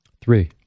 Three